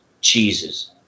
cheeses